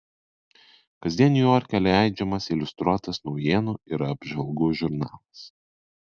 kasdien niujorke leidžiamas iliustruotas naujienų ir apžvalgų žurnalas